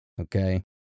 Okay